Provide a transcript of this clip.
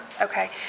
Okay